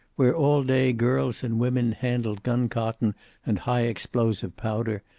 where all day girls and women handled guncotton and high-explosive powder,